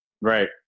right